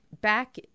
back